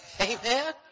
Amen